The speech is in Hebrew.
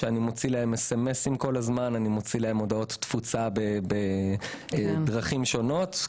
אני מוציא להם סמסים והודעות תפוצה בדרכים שונות.